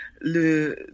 Le